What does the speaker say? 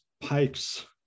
pipes